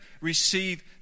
receive